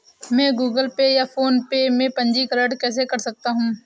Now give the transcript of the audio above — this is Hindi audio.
मैं गूगल पे या फोनपे में पंजीकरण कैसे कर सकता हूँ?